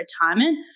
retirement